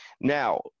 now